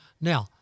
now